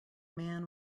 man